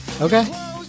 okay